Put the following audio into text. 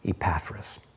Epaphras